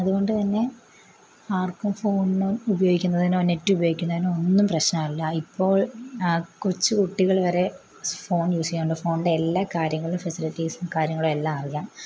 അതുകൊണ്ട് തന്നെ ആർക്കും ഫോണ് ഉപയോഗിക്കുന്നതിനോ നെറ്റുപയോഗിക്കുന്നതിനോ ഒന്നും പ്രശ്നമില്ല ഇപ്പോൾ കൊച്ച് കുട്ടികൾ വരെ ഫോൺ യൂസ് ചെയ്യണ്ണ്ട് ഫോണിൻ്റെ എല്ലാ കാര്യങ്ങളും ഫെസിലിറ്റീസും കാര്യങ്ങളെല്ലാം അറിയാം